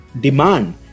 demand